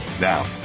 Now